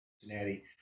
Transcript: Cincinnati